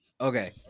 Okay